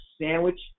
sandwich